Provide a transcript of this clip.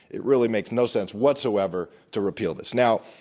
it really makes no sense whatsoever to repeal this. now,